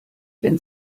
wenn